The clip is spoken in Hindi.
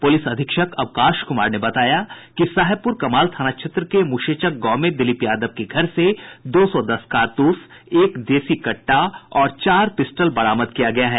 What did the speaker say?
पुलिस अधीक्षक अवकाश कुमार ने बताया कि साहेबपुर कमाल थाना क्षेत्र के मुशेचक गांव में दिलीप यादव के घर से दो सौ दस कारतूस एक देसी कट्टा और चार पिस्टल बरामद किया है